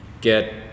get